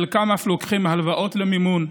חלקם אף לוקחים הלוואות למימון,